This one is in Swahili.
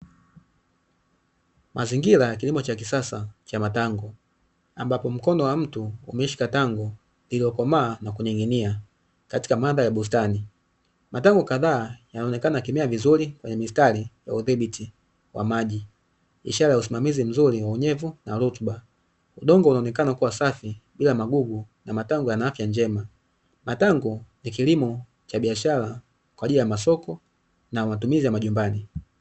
Mazingira ya kilimo cha kisasa cha matango, ambapo mkono wa mtu umeshika tango iliyokomaa na kuning'inia katika mada ya bustani ,matango kadhaa yanaonekana kimia vizuri kwenye mistari ya udhibiti wa maji, ni ishara ya usimamizi mzuri wa unyevu na rutuba udongo unaonekana kuwa safi bila magugu na matango yana afya njema ,matango ni kilimo cha biashara kwa ajili ya masoko na matumizi ya majumbani.